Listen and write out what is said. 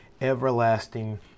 everlasting